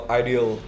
ideal